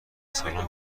سالن